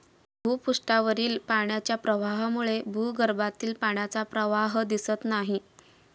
भूपृष्ठावरील पाण्याच्या प्रवाहाप्रमाणे भूगर्भातील पाण्याचा प्रवाह दिसत नाही